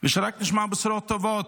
ושרק נשמע בשורות טובות,